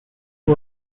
who